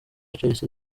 chelsea